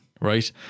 right